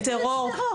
בטרור --- איזה טרור?